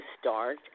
start